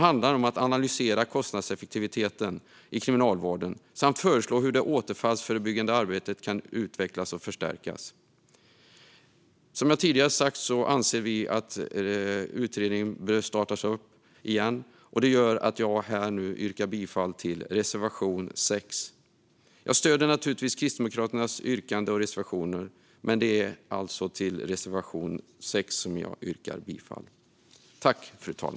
Den ska analysera kostnadseffektiviteten i Kriminalvården samt föreslå hur det återfallsförebyggande arbetet kan utvecklas och förstärkas. Som jag tidigare har sagt anser vi att utredningen bör återupptas, och det gör att jag nu yrkar bifall till reservation 6. Jag stöder naturligtvis Kristdemokraternas yrkanden och reservationer, men det är alltså till reservation 6 jag yrkar bifall.